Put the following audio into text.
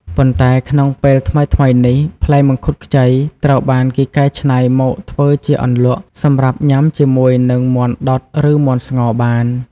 ប៉ុន្តែក្នុងពេលថ្មីៗនេះ ផ្លែមង្ឃុតខ្ចី ត្រូវបានគេកៃច្នៃមកធ្វើជាអន្លក់ សម្រាប់ញ៉ាំជាមួយនឹង មាន់ដុតឬមាន់ស្ងោរបាន។